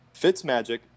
Fitzmagic